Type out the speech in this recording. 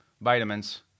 Vitamins